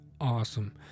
awesome